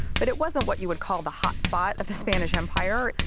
but it wasn't what you would call the hotspot of the spanish empire.